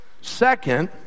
Second